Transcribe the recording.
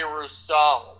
Rousseau